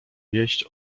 wieść